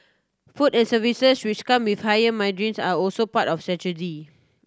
food and services which come with higher margins are also part of the strategy